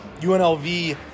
UNLV